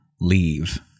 leave